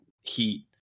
heat